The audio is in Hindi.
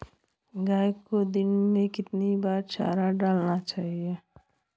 गाय को दिन में कितनी बार चारा डालना चाहिए?